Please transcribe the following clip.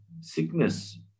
Sickness